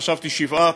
חשבתי שבעה,